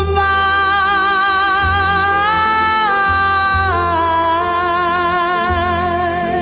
i